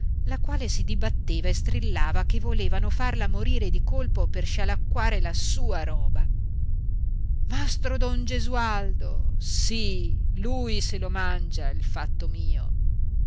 la quale si dibatteva e strillava che volevano farla morire di colpo per scialacquare la sua roba mastro don gesualdo sì lui se lo mangia il fatto mio